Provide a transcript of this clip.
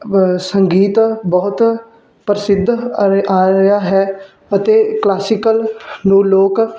ਸੰਗੀਤ ਬਹੁਤ ਪ੍ਰਸਿੱਧ ਆ ਰਿਹਾ ਹੈ ਅਤੇ ਕਲਾਸਿਕਲ ਨੂੰ ਲੋਕ